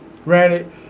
Granted